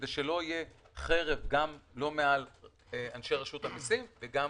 כדי שלא תהיה חרב מעל אנשי רשות המיסים וגם